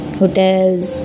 hotels